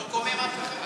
הוא לא קומם אף אחד.